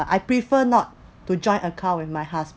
I prefer not to join account with my husband